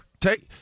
take